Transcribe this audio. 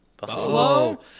Buffalo